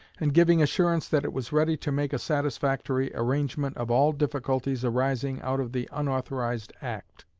and giving assurance that it was ready to make a satisfactory arrangement of all difficulties arising out of the unauthorized act.